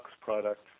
product